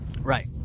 Right